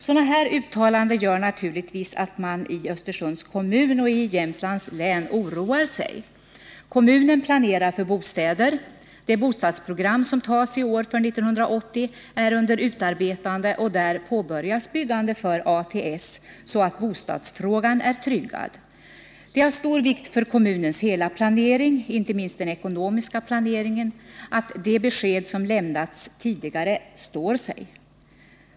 Sådana uttalanden gör naturligtvis att man i Östersunds kommun och i Jämtlands län oroar sig. Kommunen planerar för bostäder. Det bostadsprogram som antas i år för 1980 är under utarbetande, och där påbörjas byggande för ATS så att bostadsfrågan skall vara tryggad. Det är av stor vikt för kommunens hela planering, inte minst den ekonomiska planeringen, att det besked som lämnats tidigare står sig.